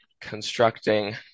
constructing